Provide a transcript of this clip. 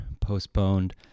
postponed